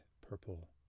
purple